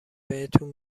بهتون